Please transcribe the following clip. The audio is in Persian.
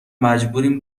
مجبوریم